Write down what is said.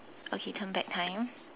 okay turn back time